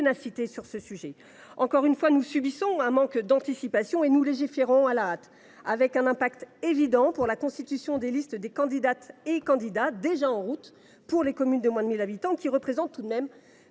ténacité sur ce sujet. Encore une fois, nous subissons un manque d’anticipation et nous légiférons à la hâte, avec un impact évident pour la constitution des listes de candidates et candidats déjà en cours pour les communes de moins de 1 000 habitants, qui représentent tout de même